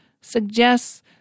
suggests